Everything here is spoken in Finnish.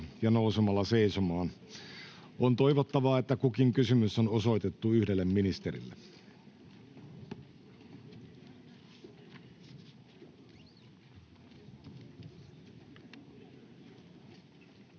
ja nousemalla seisomaan. On toivottavaa, että kukin kysymys on osoitettu yhdelle ministerille. [Speech